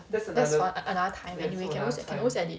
that's for another time